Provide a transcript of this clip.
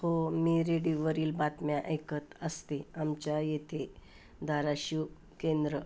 हो मी रेडिओवरील बातम्या ऐकत असते आमच्या येथे धाराशिव केंद्र